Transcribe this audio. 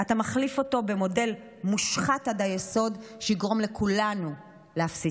אתה מחליף אותו במודל מושחת עד היסוד שיגרום לכולנו להפסיד כסף.